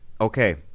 okay